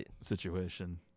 situation